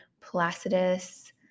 placidus